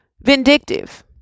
vindictive